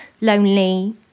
lonely